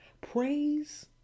praise